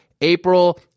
April